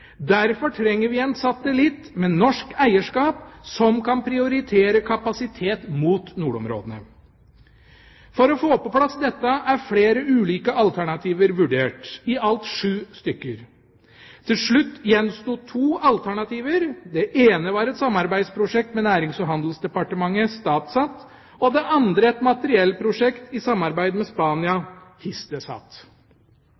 Derfor trenger vi en satellitt med norsk eierskap som kan prioritere kapasitet mot nordområdene. For å få på plass dette er flere ulike alternativer vurdert, i alt sju stykker. Til slutt gjensto to alternativer: Det ene var et samarbeidsprosjekt med Nærings- og handelsdepartementet, StatSat, og det andre et materiellprosjekt i samarbeid med Spania, Hisdesat. Den eksterne kvalitetssikringen konkluderte med at et samarbeid med Spania